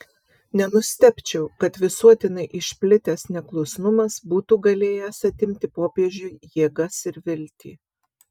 nenustebčiau kad visuotinai išplitęs neklusnumas būtų galėjęs atimti popiežiui jėgas ir viltį